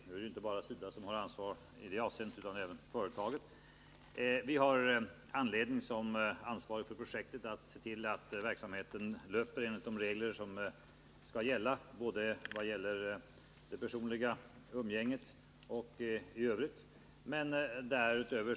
Även företaget har ansvar i det avseendet. Vi har vidare anledning att som ansvariga för projektet se till att verksamheten löper enligt de regler som gäller, både i fråga om personalens personliga umgänge med befolkningen i Bai Bang och i fråga om verksamheten där i övrigt.